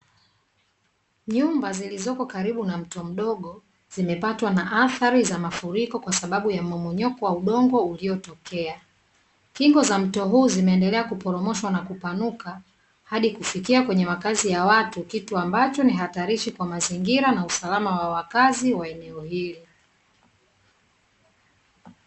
Nyumba zilizopo karibu na mto mdogo, zimepatwa na athari za mafuriko kwa sababu ya mmomonyoko wa udongo uliotokea. Kingo za mto huu zimeendelea kuporomoshwa na kupanuka, hadi kufikia kwenye makazi ya watu, kitu ambacho ni hatarishi kwa mazingira na usalama wa wakazi wa eneo hili.